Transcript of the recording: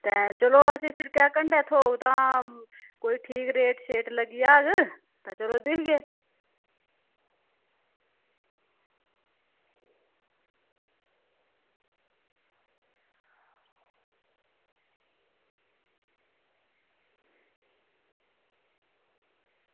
ते चलो असेंगी शिड़कै कंढै थ्होग तां कोई ठीक रेट लग्गी जाह्ग तां चलो दिक्खगे